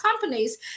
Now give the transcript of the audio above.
companies